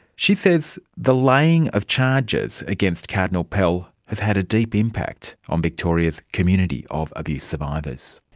she says the laying of charges against cardinal pell has had a deep impact on victoria's community of abuse survivors.